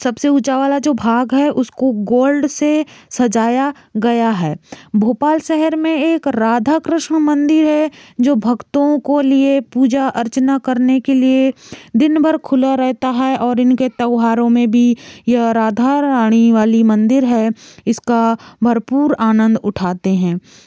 सब से ऊंचा वाला जो भाग है उसको गोल्ड से सजाया गया है भोपाल शहर में एक राधा कृष्ण मंदिर है जो भक्तों के लिए पूजा अर्चना करने के लिए दिन भर खुला रहता है और उनके त्यौहारों में भी यह राधा रानी वाली मंदिर है इसका भरपूर आनंद उठाते हैं